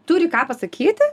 turi ką pasakyti